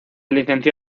licenció